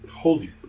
Holy